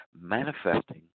manifesting